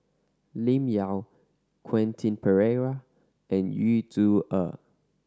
Lim Yau Quentin Pereira and Yu Zhuye